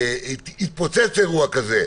יתפוצץ אירוע כזה,